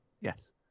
Yes